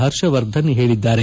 ಹರ್ಷವರ್ಧನ್ ಹೇಳದ್ದಾರೆ